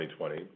2020